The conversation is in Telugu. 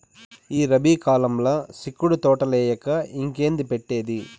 ఈ రబీ కాలంల సిక్కుడు తోటలేయక ఇంకేంది పెట్టేది